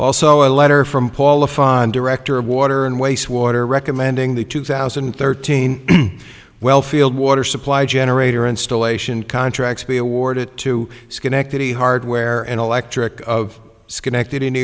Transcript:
also a letter from paul a fond director of water and wastewater recommending the two thousand and thirteen well field water supply generator installation contract to be awarded to schenectady hardware and electric of schenectady new